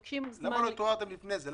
למה לא התעוררתם לפני זה?